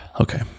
Okay